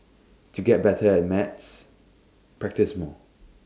to get better at maths practise more